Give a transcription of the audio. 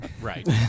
Right